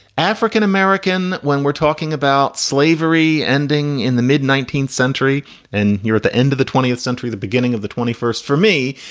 african-american. when we're talking about slavery ending in the mid nineteenth century and near the end of the twentieth century, the beginning of the twenty first, for me,